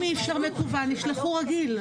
אם אי אפשר מקוון, אז ישלחו רגיל.